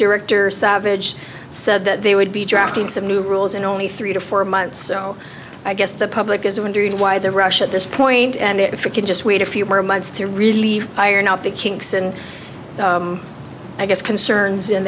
director savage said that they would be drafting some new rules in only three to four months so i guess the public is i wondered why the rush at this point and if we could just wait a few more months to really iron out the kinks and i guess concerns in